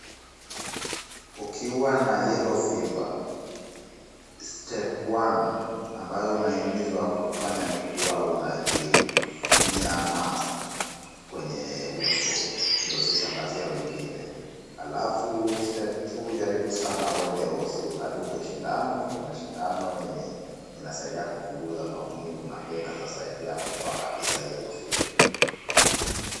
Ukiwa na yellow fever, step one ambayo unahimizwa kufanya ni kuwa unatumia mask kwenye uso ndio usisambazie wengine. Halafu step two jaribu sana uende hosi ukadungwe sindano. Kuna sindano yenye inasaidia kupunguza maumivu na pia inaeza saidia kutoa kabisa yellow fever .